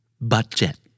budget